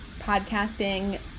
podcasting